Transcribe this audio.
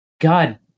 god